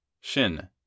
Shin